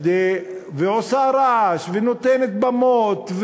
ועושה רעש ונותנת במות,